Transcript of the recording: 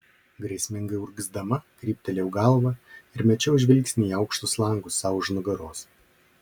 grėsmingai urgzdama kryptelėjau galvą ir mečiau žvilgsnį į aukštus langus sau už nugaros